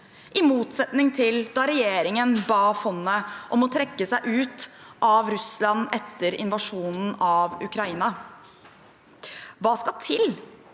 å avgjøre saken. Regjeringen ba fondet om å trekke seg ut av Russland etter invasjonen av Ukraina. Hva skal til